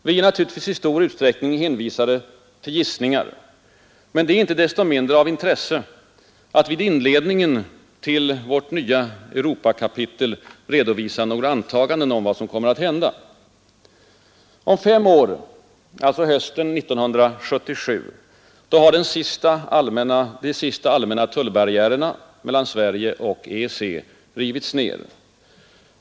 Vi är naturligtvis i stor utsträckning hänvisade till gissningar, men det är inte desto mindre av intresse att vid inledningen av vårt nya Europakapitel redovisa några antaganden om vad som kommer att hända. Om fem år — alltså hösten 1977 — har de sista allmänna tullbarriärerna mellan Sverige och EEC rivits ned.